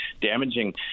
damaging